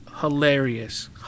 hilarious